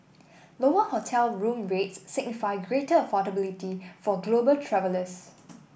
lower hotel room rates signify greater affordability for global travellers